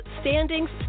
standings